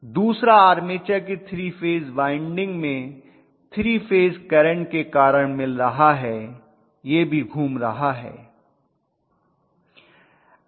दूसरा आर्मेचर की वाइंडिंग में करंट के कारण मिल रहा है यह भी घूम रहा है